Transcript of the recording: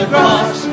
cross